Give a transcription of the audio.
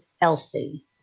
Elsie